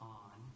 on